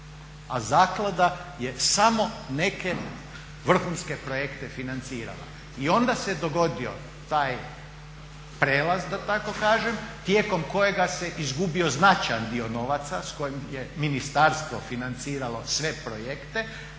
a zaklada je samo neke vrhunske projekte financirala. I onda se dogodio taj prijelaz da tako kažem tijekom kojega se izgubio značajan dio novaca s kojim je ministarstvo financiralo sve projekte,